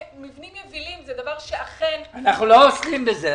מבנים יבילים זה דבר שאכן --- אנחנו לא עוסקים בזה.